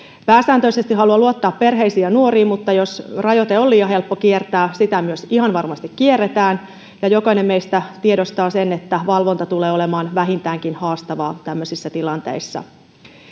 pääsääntöisesti haluan luottaa perheisiin ja nuoriin mutta jos rajoite on liian helppo kiertää sitä myös ihan varmasti kierretään ja jokainen meistä tiedostaa sen että valvonta tulee olemaan vähintäänkin haastavaa tämmöisissä tilanteissa